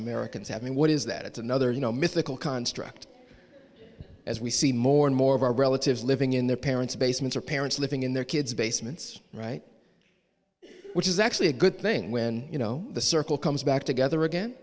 americans have and what is that it's another you know mythical construct as we see more and more of our relatives living in their parents basements or parents living in their kids basements right which is actually a good thing when you know the circle comes back together again